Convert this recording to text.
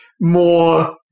more